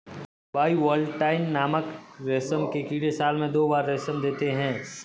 bivoltine नामक रेशम के कीड़े साल में दो बार रेशम देते है